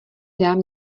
dám